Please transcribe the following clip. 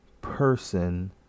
person